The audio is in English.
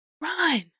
run